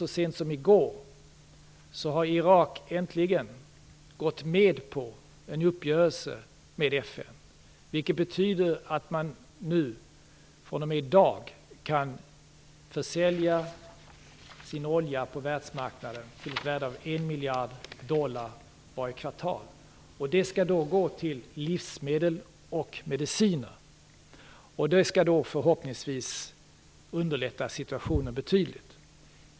Så sent som i går hörde vi att Irak äntligen har gått med på en uppgörelse med FN, vilket betyder att man fr.o.m. i dag kan sälja sin olja på världsmarknaden till ett värde av 1 miljard dollar varje kvartal. Pengarna skall gå till livsmedel och mediciner. Det kommer förhoppningsvis att underlätta situationen betydligt.